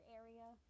area